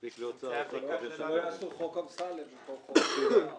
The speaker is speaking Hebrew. מספיק להיות שר החוץ --- כדי שלא יעשו חוק אמסלם --- צריך לטפל